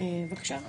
בבקשה.